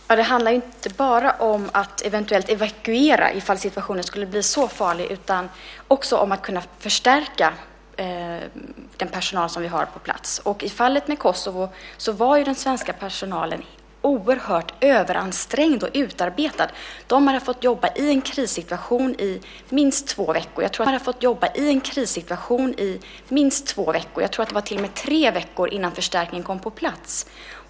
Herr talman! Det handlar inte bara om att eventuellt evakuera ifall situationen skulle bli så farlig utan också om att kunna förstärka den personal vi har på plats. I fallet Kosovo var den svenska personalen oerhört överansträngd och utarbetad. De hade fått jobba i en krissituation i minst två veckor, jag tror till och med att det var tre veckor, innan förstärkning kom på plats.